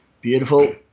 beautiful